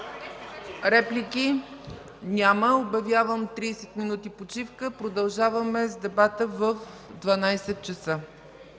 Реплики? Няма. Обявявам 30 минути почивка. Продължаваме с дебата в 12,00 ч.